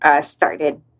started